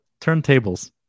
turntables